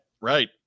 Right